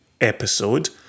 episode